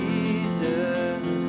Jesus